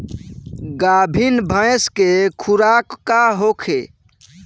गाभिन भैंस के खुराक का होखे?